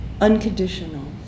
unconditional